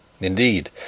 Indeed